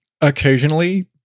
occasionally